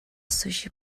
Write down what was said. sushi